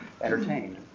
entertained